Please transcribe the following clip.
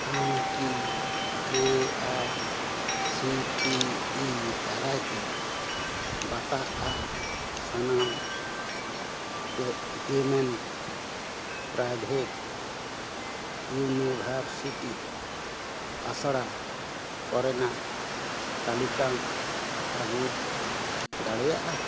ᱟᱢ ᱠᱤ A I C T E ᱫᱟᱨᱟᱭᱛᱮ ᱵᱟᱛᱟᱜᱼᱟ ᱥᱟᱱᱟᱢ ᱰᱤᱢᱮᱱᱴ ᱯᱮᱨᱟᱭᱵᱷᱮᱴ ᱤᱭᱩᱱᱤᱵᱷᱟᱨᱥᱤᱴᱤ ᱟᱥᱲᱟ ᱠᱚᱨᱮᱱᱟᱜ ᱛᱟᱞᱤᱠᱟᱢ ᱟᱹᱜᱩ ᱫᱟᱲᱮᱭᱟᱜᱼᱟ